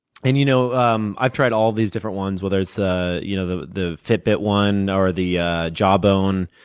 and you know um i've tried all these different ones, whether it's ah you know the the fitbit one or the yeah jawbone.